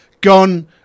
Gone